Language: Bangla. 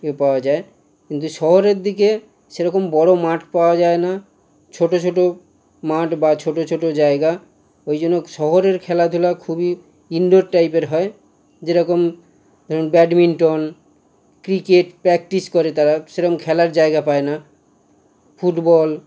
এ পাওয়া যায় কিন্তু শহরের দিকে সেরকম বড়ো মাঠ পাওয়া যায় না ছোটো ছোটো মাঠ বা ছোটো ছোটো জায়গা ওই জন্য শহরের খেলাধুলা খুবই ইন্ডোর টাইপের হয় যেরকম ধরুন ব্যাডমিন্টন ক্রিকেট প্র্যাকটিস করে তারা সেরকম খেলার জায়গা পায় না ফুটবল